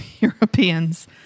Europeans